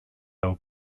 low